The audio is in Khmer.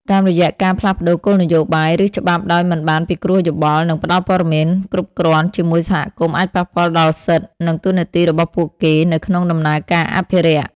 តាមរយៈការផ្លាស់ប្តូរគោលនយោបាយ ឬច្បាប់ដោយមិនបានពិគ្រោះយោបល់នឹងផ្ដល់ព័ត៌មានគ្រប់គ្រាន់ជាមួយសហគមន៍អាចប៉ះពាល់ដល់សិទ្ធិ និងតួនាទីរបស់ពួកគេនៅក្នុងដំណើរការអភិរក្ស។